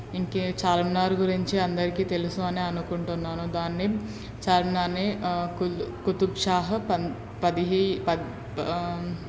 ఇంక చార్మినార్ గురించి అందరికీ తెలుసు అనే అనుకుంటున్నాను దాన్ని చార్మినార్ని కులి కుతుబ్ షాహ పన్ పది పద్